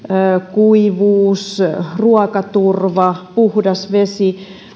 kuivuus ruokaturva puhdas vesi